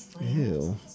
Ew